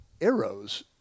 arrows